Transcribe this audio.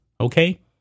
Okay